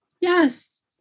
yes